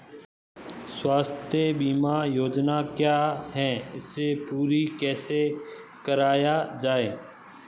स्वास्थ्य बीमा योजना क्या है इसे पूरी कैसे कराया जाए?